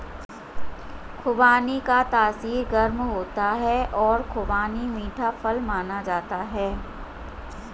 खुबानी का तासीर गर्म होता है और खुबानी मीठा फल माना जाता है